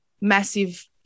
massive